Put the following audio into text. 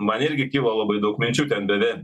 man irgi kilo labai daug minčių ten beven